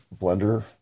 blender